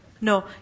No